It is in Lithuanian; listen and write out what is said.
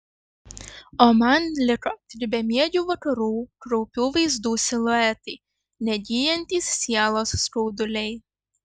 o man liko tik bemiegių vakarų kraupių vaizdų siluetai negyjantys sielos skauduliai